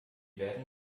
werden